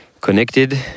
Connected